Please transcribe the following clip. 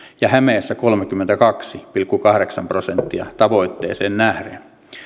ja hämeessä kolmekymmentäkaksi pilkku kahdeksan prosenttia tavoitteeseen nähden